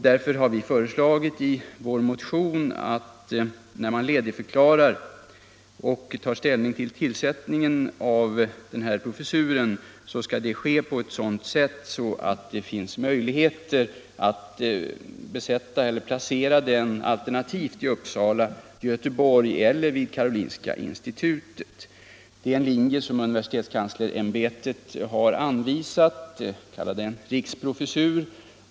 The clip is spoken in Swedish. Vi har i vår motion föreslagit att ledigförklarandet och tillsättandet av denna professur skall ske på ett sådant sätt att det finns möjligheter att placera den alternativt vid Uppsala universitet, Göteborgs universitet eller Karolinska institutet. Det är en väg som universitetskanslersämbetet har anvisat. Man kan kalla det en riksprofessur.